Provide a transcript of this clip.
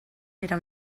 era